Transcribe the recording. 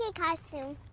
so costume.